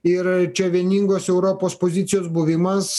yra čia vieningos europos pozicijos buvimas